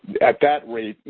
at that rate, you